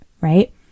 Right